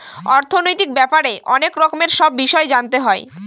অর্থনৈতিক ব্যাপারে অনেক রকমের সব বিষয় জানতে হয়